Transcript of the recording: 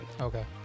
okay